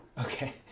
Okay